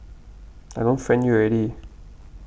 I don't friend you already